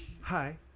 hi